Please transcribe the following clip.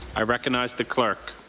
i recognize the clerk.